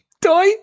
Die